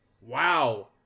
Wow